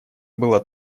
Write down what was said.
было